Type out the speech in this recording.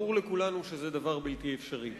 ברור לכולנו שזה דבר בלתי אפשרי.